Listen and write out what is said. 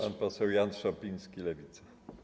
Pan poseł Jan Szopiński, Lewica.